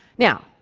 now,